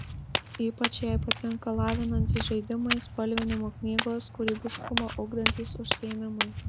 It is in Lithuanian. ypač jai patinka lavinantys žaidimai spalvinimo knygos kūrybiškumą ugdantys užsiėmimai